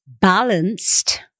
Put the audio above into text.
balanced